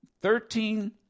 Thirteen